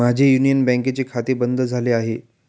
माझे युनियन बँकेचे खाते बंद झाले आहे